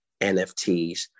NFTs